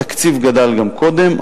התקציב גדל גם קודם,